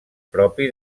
propi